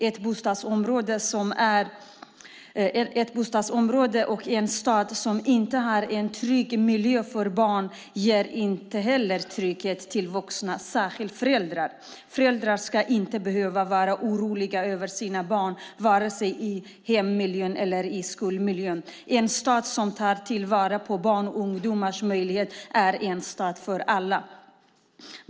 Ett bostadsområde och en stad som inte har en trygg miljö för barn ger inte heller trygghet till vuxna, särskilt föräldrar. Föräldrar ska inte behöva vara oroliga för sina barn vare sig i hemmiljön eller i skolmiljön. En stad som tar till vara barns och ungdomars möjligheter är en stad för alla.